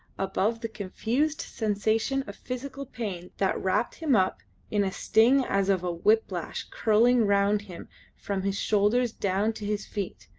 above the confused sensation of physical pain that wrapped him up in a sting as of a whiplash curling round him from his shoulders down to his feet,